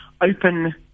open